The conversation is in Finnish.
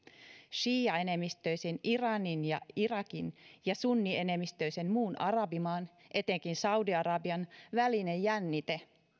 siiaenemmistöisten iranin ja irakin ja sunnienemmistöisten muiden arabimaiden etenkin saudi arabian välinen jännite